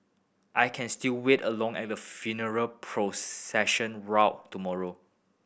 I can still wait along at the funeral procession route tomorrow